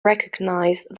recognize